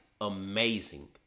amazing